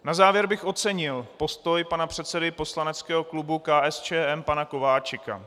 Na závěr bych ocenil postoj pana předsedy poslaneckého klubu KSČM pana Kováčika.